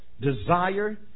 Desire